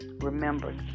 Remember